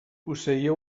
posseïa